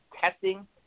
testing